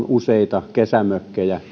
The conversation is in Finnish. useita kesämökkejä